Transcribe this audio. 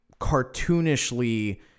cartoonishly